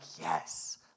yes